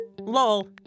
Lol